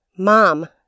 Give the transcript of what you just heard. Mom